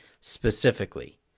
specifically